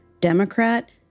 Democrat